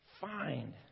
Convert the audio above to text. Find